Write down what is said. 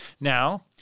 Now